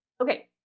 Okay